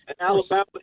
Alabama